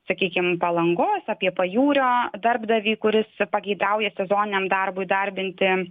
sakykime palangos apie pajūrio darbdavį kuris pageidauja sezoniniam darbui darbinti